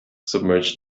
submerged